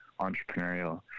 entrepreneurial